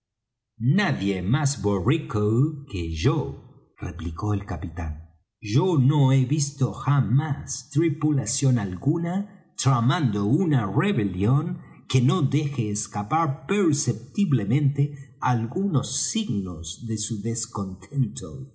nadie más borrico que yo replicó el capitán yo no he visto jamás tripulación alguna tramando una rebelión que no deje escapar perceptiblemente algunos signos de su descontento